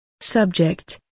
Subject